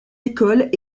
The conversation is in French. écoles